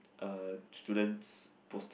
uh students posted